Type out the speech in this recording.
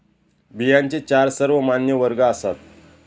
बियांचे चार सर्वमान्य वर्ग आसात